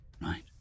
right